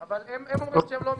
אבל הם אומרים שהם שלא מתנגדים.